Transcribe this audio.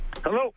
Hello